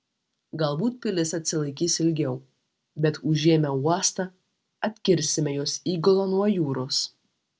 galbūt pilis atsilaikys ilgiau bet užėmę uostą atkirsime jos įgulą nuo jūros